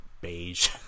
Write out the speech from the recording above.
beige